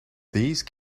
these